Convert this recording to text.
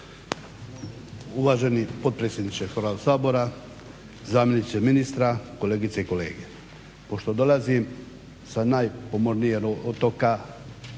Uvaženi potpredsjedniče Hrvatskog sabora, zamjeniče ministra, kolegice i kolege. Pošto dolazim sa najpomornijeg otoka,